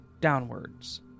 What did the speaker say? downwards